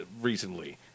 recently